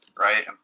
right